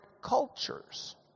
cultures